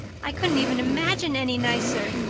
i couldn't even imagine any nicer.